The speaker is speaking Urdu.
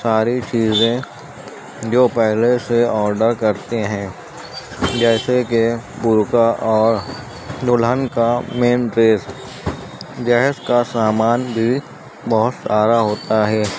ساری چیزیں جو پہلے سے آڈر کرتے ہیں جیسے کہ برقعہ اور دلہن کا مین ڈریس جہیز کا سامان بھی بہت سارا ہوتا ہے